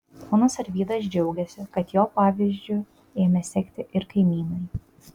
ponas arvydas džiaugėsi kad jo pavyzdžiu ėmė sekti ir kaimynai